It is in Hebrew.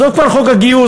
עזוב כבר חוק הגיוס,